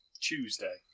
Tuesday